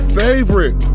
favorite